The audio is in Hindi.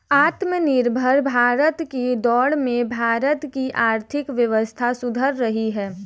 आत्मनिर्भर भारत की दौड़ में भारत की आर्थिक व्यवस्था सुधर रही है